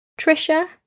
Trisha